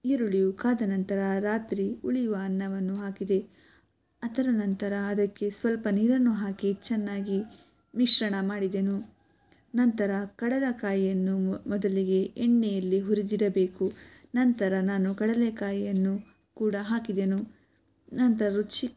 ಈರುಳ್ಳಿಯು ಕಾದ ನಂತರ ರಾತ್ರಿ ಉಳಿಯುವ ಅನ್ನವನ್ನು ಹಾಕಿದೆ ಅದರ ನಂತರ ಅದಕ್ಕೆ ಸ್ವಲ್ಪ ನೀರನ್ನು ಹಾಕಿ ಚೆನ್ನಾಗಿ ಮಿಶ್ರಣ ಮಾಡಿದೆನು ನಂತರ ಕಡಲೆಕಾಯಿಯನ್ನು ಮೊದಲಿಗೆ ಎಣ್ಣೆಯಲ್ಲಿ ಹುರಿದಿರಬೇಕು ನಂತರ ನಾನು ಕಡಲೆಕಾಯಿಯನ್ನು ಕೂಡ ಹಾಕಿದೆನು ನಂತರ ರುಚಿ